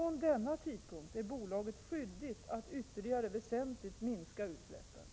= Zed on on denna tidpunkt är bolaget skyldigt att ytterligare väsentligt minska utsläppen.